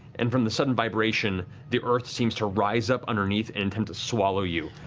and from the sudden vibration, the earth seems to rise up underneath and attempt to swallow you.